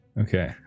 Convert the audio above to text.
Okay